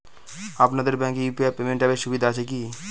আপনাদের ব্যাঙ্কে UPI payment অ্যাপের সুবিধা আছে কি?